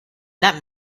that